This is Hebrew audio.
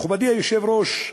מכובדי היושב-ראש,